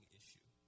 issue